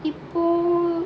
இப்போ:ippo